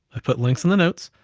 i put links in the notes,